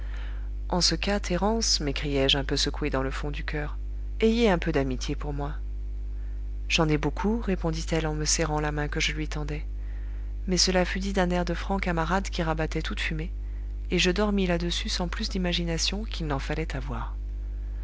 en ce cas thérence m'écriai-je un peu secoué dans le fond du coeur ayez un peu d'amitié pour moi j'en ai beaucoup répondit-elle en me serrant la main que je lui tendais mais cela fut dit d'un air de franc camarade qui rabattait toute fumée et je dormis là-dessus sans plus d'imagination qu'il n'en fallait avoir